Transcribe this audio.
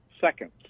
seconds